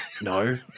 No